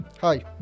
Hi